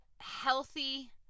healthy